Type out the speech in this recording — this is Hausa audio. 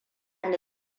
ni